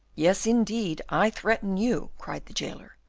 yes, indeed, i threaten you, cried the jailer.